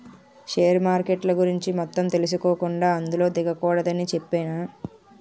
share మార్కెట్ల గురించి మొత్తం తెలుసుకోకుండా అందులో దిగకూడదని చెప్పేనా